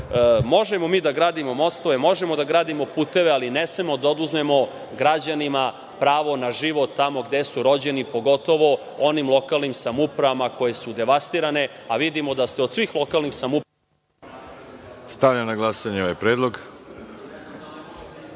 mi da gradimo mostove, možemo da gradimo puteve, ali ne smemo da oduzmemo građanima pravo na život tamo gde su rođeni, pogotovo onim lokalnim samoupravama koje su devastirane, a vidimo da ste od svih lokalnih samouprava napravili devastirane…